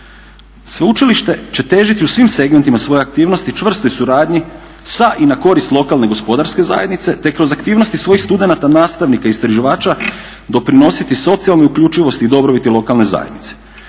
Sveučilište će težiti u svim segmentima svoje aktivnosti čvrstoj suradnji sa i na korist lokalne gospodarske zajednice, te kroz aktivnosti svojih studenata, nastavnika istraživača doprinositi socijalnoj uključivosti i dobrobiti lokalne zajednice.